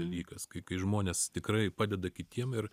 dalykas kai kai žmonės tikrai padeda kitiem ir